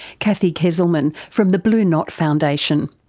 cathy kezelman from the blue knot foundation.